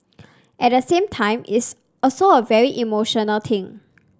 at the same time it's also a very emotional thing